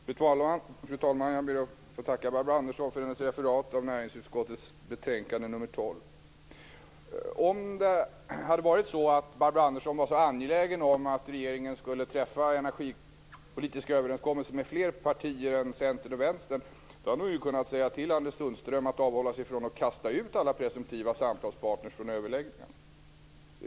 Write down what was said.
Fru talman! Jag ber att få tacka Barbro Andersson för ett referat av näringsutskottets betänkande 12. Om Barbro Andersson hade varit angelägen om att regeringen skulle träffa energipolitiska överenskommelser med fler partier än Centern och Vänsterpartiet hade hon kunnat säga till Anders Sundström att avhålla sig från att kasta ut alla presumtiva samtalspartner från överläggningarna.